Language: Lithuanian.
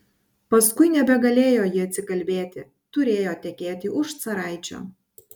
paskui nebegalėjo ji atsikalbėti turėjo tekėti už caraičio